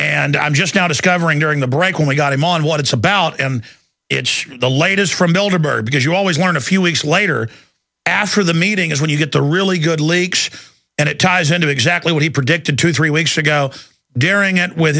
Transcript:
and i'm just now discovering during the break when we got him on what it's about and it's the latest from elderberry because you always learn a few weeks later after the meeting is when you get the really good leaks and it ties into exactly what he predicted two three weeks ago during it